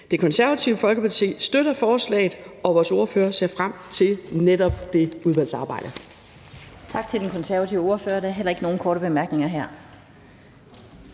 Det Konservative Folkeparti støtter forslaget, og vores ordfører ser frem til netop det udvalgsarbejde.